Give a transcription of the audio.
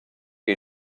que